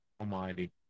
Almighty